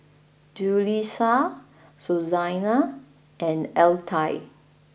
Julisa Susanna and Altie